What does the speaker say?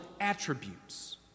attributes